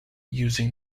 using